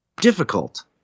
difficult